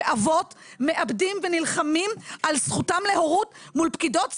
ואבות מאבדים ונלחמים על זכותם להורות מול פקידות סעד,